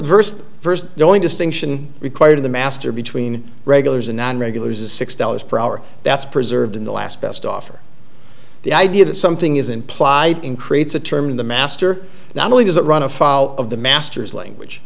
the first knowing distinction required of the master between regulars and not regulars is six dollars per hour that's preserved in the last best offer the idea that something is implied in creates a term in the master not only does it run afoul of the master's language